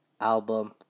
album